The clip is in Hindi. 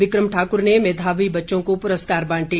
बिक्रम ठाकुर ने मेधावी बच्चों को पुरस्कार बांटे